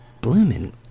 blooming